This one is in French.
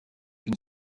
une